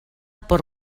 per